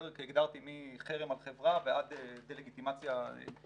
כי הגדרתי מחרם על חברה ועד דה-לגיטימציה מהותית.